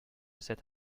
cette